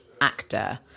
actor